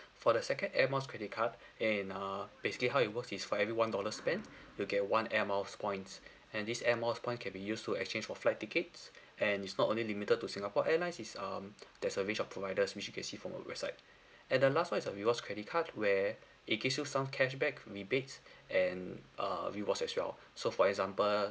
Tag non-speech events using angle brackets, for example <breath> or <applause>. for the second air miles credit card and ah basically how it works is for every one dollar spent <breath> you get one air miles point and this air miles point can be used to exchange for flight tickets and is not only limited to singapore airlines is um <breath> there's a range of providers which you can see from our website and the last [one] is a rewards credit card where it gives you some cashback rebates and uh rewards as well so for example